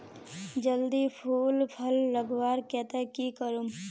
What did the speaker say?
जल्दी फूल फल लगवार केते की करूम?